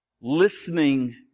listening